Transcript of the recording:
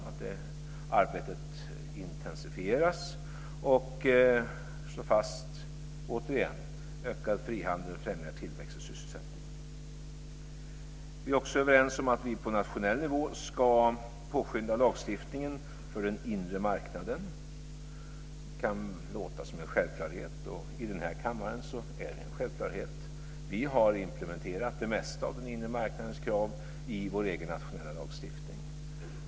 Det arbetet intensifieras och återigen slås fast ökad frihandel och främjande av tillväxt och sysselsättning. Det kan låta som en självklarhet, och i den här kammaren är det en självklarhet.